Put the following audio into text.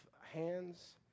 hands